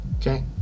Okay